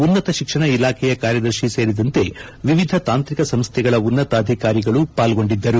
ಉನ್ನತ ಶಿಕ್ಷಣ ಇಲಾಖೆಯ ಕಾರ್ಯದರ್ಶಿ ಸೇರಿದಂತೆ ವಿವಿಧ ತಾಂತ್ರಿಕ ಸಂಸ್ಥೆಗಳ ಉನ್ನತಾಧಿಕಾರಿಗಳು ಪಾಲ್ಗೊಂಡಿದ್ದರು